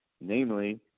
namely